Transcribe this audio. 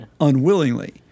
Unwillingly